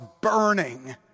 burning